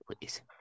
Please